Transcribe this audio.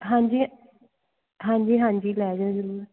ਹਾਂਜੀ ਹਾਂਜੀ ਹਾਂਜੀ ਲੈ ਜਿਓ ਜ਼ਰੂਰ